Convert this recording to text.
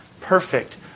perfect